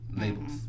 labels